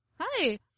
Hi